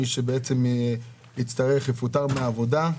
מי שיפוטר מהעבודה,